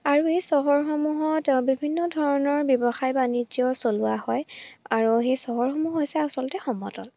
আৰু এই চহৰসমূহত বিভিন্ন ধৰণৰ ব্যৱসায় বাণিজ্য চলোৱা হয় আৰু সেই চহৰসমূহ হৈছে আচলতে সমতল